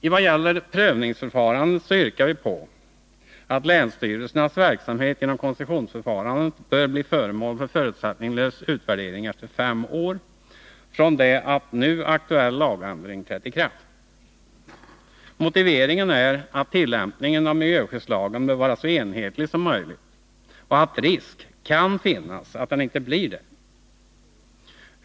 I vad gäller förprövningsförfarandet yrkar vi på att länsstyrelsernas verksamhet inom koncessionsförfarandet skall bli föremål för en förutsättningslös utvärdering efter fem år från det att nu aktuell lagändring trätt i kraft. Motiveringen är att tillämpningen av miljöskyddslagen bör vara så enhetlig som möjligt och att risk kan finnas för att den inte blir det.